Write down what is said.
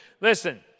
Listen